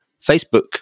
facebook